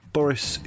Boris